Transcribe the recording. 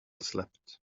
slept